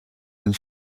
and